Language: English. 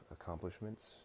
accomplishments